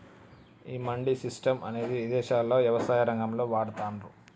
ఈ మండీ సిస్టం అనేది ఇదేశాల్లో యవసాయ రంగంలో వాడతాన్రు